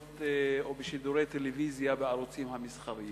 או בשידורי טלוויזיה בערוצים המסחריים.